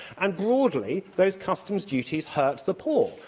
and, broadly, those customs duties hurt the poor,